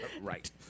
Right